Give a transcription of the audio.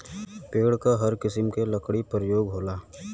पेड़ क हर किसिम के लकड़ी परयोग होला